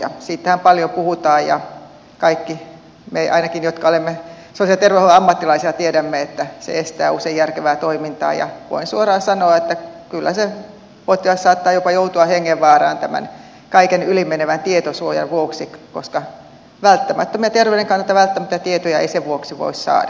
siitähän paljon puhutaan ja kaikki ainakin me jotka olemme sosiaali ja terveydenhuollon ammattilaisia tiedämme että se estää usein järkevää toimintaa ja voin suoraan sanoa että kyllä se potilas saattaa jopa joutua hengenvaaraan tämän kaiken yli menevän tietosuojan vuoksi koska välttämättä meidän terveytemme kannalta välttämättömiä tietoja ei sen vuoksi voi saada